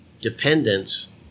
dependence